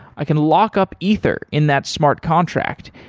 i can lock up ether in that smart contract.